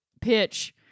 pitch